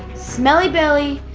smellbelly,